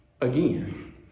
again